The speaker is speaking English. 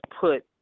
put